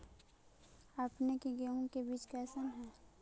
अपने के गेहूं के बीज कैसन है?